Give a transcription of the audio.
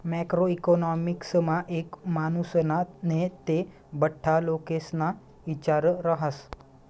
macro इकॉनॉमिक्समा एक मानुसना नै ते बठ्ठा लोकेस्ना इचार रहास